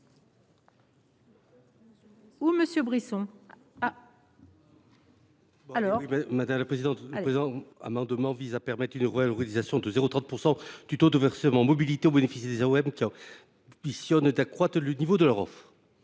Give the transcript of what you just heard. . Le présent amendement vise à permettre une revalorisation de 0,3 point du taux du versement mobilité au bénéfice des AOM qui ambitionnent d’accroître le niveau de leur offre.